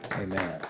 amen